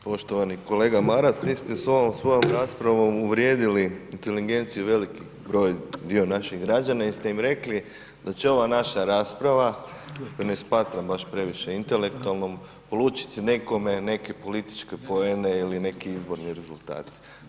Poštovani kolega Maras, vi ste s ovom svojom raspravom uvrijedili inteligenciju veliki broj, dio naših građana jer ste ime rekli da će ova naša rasprava, koju ne smatram baš previše intelektualnom polučiti nekome neke političke poene ili neki izborni rezultat.